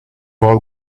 all